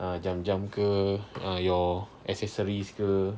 ah jam jam ke ah your accessories ke